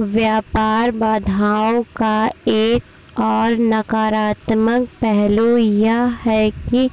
व्यापार बाधाओं का एक और नकारात्मक पहलू यह है कि